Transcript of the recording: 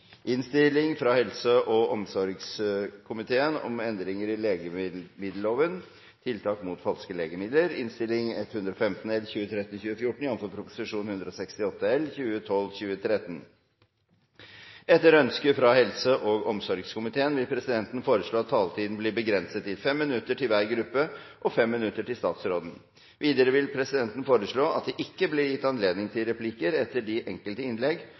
Etter ønske fra helse- og omsorgskomiteen vil presidenten foreslå at taletiden blir begrenset til 5 minutter til hver gruppe og 5 minutter til statsråden. Videre vil presidenten foreslå at det ikke blir gitt anledning til replikker etter de enkelte innlegg,